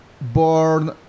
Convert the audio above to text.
born